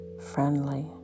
friendly